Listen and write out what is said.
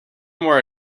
more